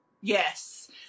Yes